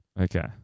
Okay